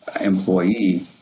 employee